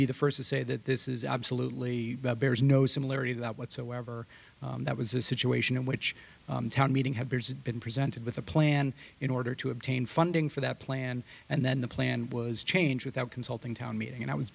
be the first to say that this is absolutely bears no similarity that whatsoever that was a situation in which town meeting had beers been presented with a plan in order to obtain funding for that plan and then the plan was changed without consulting town meeting and i was